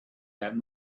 that